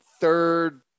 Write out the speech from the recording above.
third